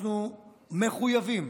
אנחנו מחויבים